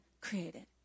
created